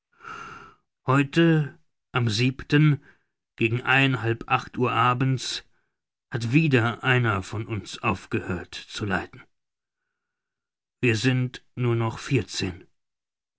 heute am gegen ein halb acht uhr abends hat wieder einer von uns aufgehört zu leiden wir sind nur noch vierzehn